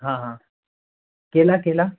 हाँ हाँ केला केला